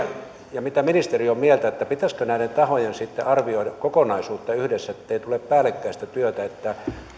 mitä ministeri on mieltä pitäisikö näiden tahojen sitten arvioida kokonaisuutta yhdessä ettei tule päällekkäistä työtä että